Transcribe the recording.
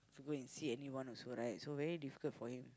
go and see anyone also right so very difficult for him